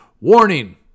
Warning